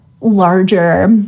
larger